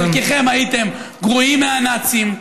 חלקכם הייתם גרועים מהנאצים,